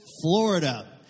Florida